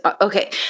okay